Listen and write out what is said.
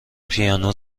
پیانو